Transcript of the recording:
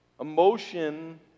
Emotion